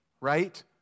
right